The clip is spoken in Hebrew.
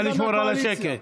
נא לשמור על השקט.